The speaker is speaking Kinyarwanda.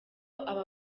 aba